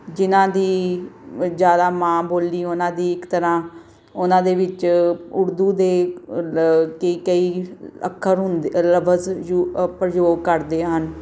ਜਿਨ੍ਹਾਂ ਦੀ ਜ਼ਿਆਦਾ ਮਾਂ ਬੋਲੀ ਉਹਨਾਂ ਦੀ ਇੱਕ ਤਰ੍ਹਾਂ ਉਹਨਾਂ ਦੇ ਵਿੱਚ ਉਰਦੂ ਦੇ ਕਈ ਅੱਖਰ ਹੁੰਦੇ ਲਫਜ਼ ਯੂ ਪ੍ਰਯੋਗ ਕਰਦੇ ਹਨ